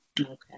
Okay